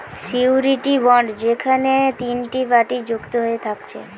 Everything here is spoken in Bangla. সিওরীটি বন্ড যেখেনে তিনটে পার্টি যুক্ত হয়ে থাকছে